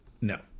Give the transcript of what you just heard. No